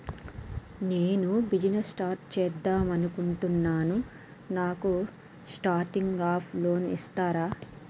నేను business start చేద్దామనుకుంటున్నాను నాకు స్టార్టింగ్ అప్ లోన్ ఇస్తారా?